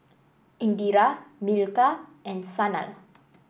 Indira Milkha and Sanal